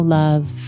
love